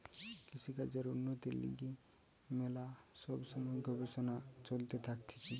কৃষিকাজের উন্নতির লিগে ম্যালা সব সময় গবেষণা চলতে থাকতিছে